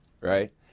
Right